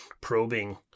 probing